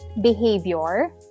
behavior